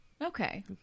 Okay